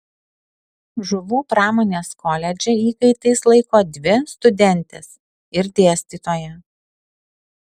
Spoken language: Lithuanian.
žuvų pramonės koledže įkaitais laiko dvi studentes ir dėstytoją